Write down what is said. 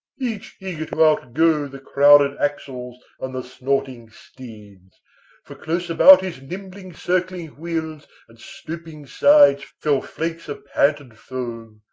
each eager to outgo the crowded axles and the snorting steeds for close about his nimbly circling wheels and stooping sides fell flakes of panted foam.